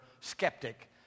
skeptic